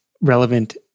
relevant